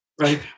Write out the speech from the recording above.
right